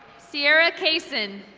sierra casin.